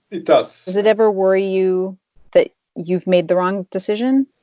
it does does it ever worry you that you've made the wrong decision?